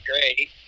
great